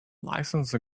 license